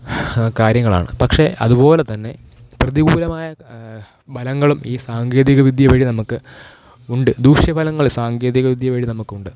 കാര്യങ്ങളാണ് പക്ഷെ അതുപോലെ തന്നെ പ്രതികൂലമായ ഫലങ്ങളും ഈ സാങ്കേതികവിദ്യ വഴി നമുക്ക് ഉണ്ട് ദൂഷ്യഫലങ്ങൾ സാങ്കേതികവിദ്യ വഴി നമുക്കുണ്ട്